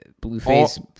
Blueface